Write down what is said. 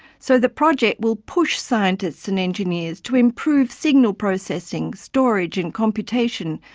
so the project will push scientists and engineers to improve signal processing, storage and computation,